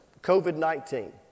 COVID-19